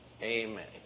amen